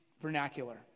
vernacular